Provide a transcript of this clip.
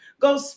go